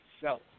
self